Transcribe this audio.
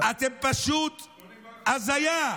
אתם פשוט הזיה.